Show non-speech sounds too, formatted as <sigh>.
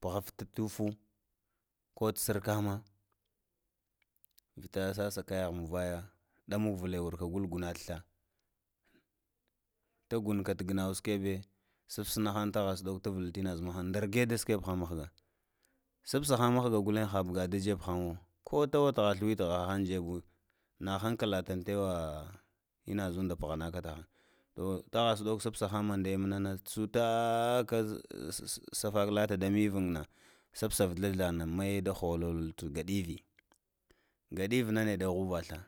puhufta tufu, kota sikama vita sasa kayahe muvaya damag vle gun guna thla ta gunga gnau skebe ta səsnahan takha sɗoko tavaɗ inadha ta han. Nda rge da skebe st sahan mahga guten həbg tadzeb haŋ won, kote watha sliwtigha ha həni dzebwo, hahankalatan tewa ina zunda pghaha taŋ təkhaŋ, tugha səɗako sapsaghaŋ maɗe mana nəe csufa ka <hesitation> safak da mivuŋ na sapsa vsla laŋ nəe dagholol gaɗivuŋ, gadivan nide kava thla